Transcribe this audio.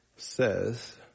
says